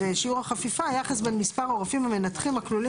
"שיעור החפיפה" - היחס בין מספר הרופאים המנתחים הכלולים